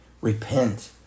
Repent